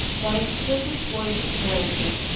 that exquisite poise of character,